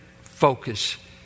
focus